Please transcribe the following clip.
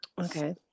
Okay